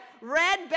red